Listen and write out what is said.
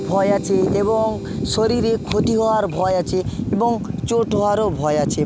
ভয় আছে এবং শরীরে ক্ষতি হওয়ার ভয় আছে এবং চোট হওয়ারও ভয় আছে